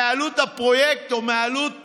מעלות הפרויקט או מעלות